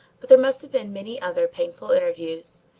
but there must have been many other painful interviews,